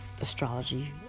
astrology